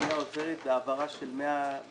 הממשלה החליטה הרבה דברים.